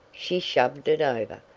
she shoved it over.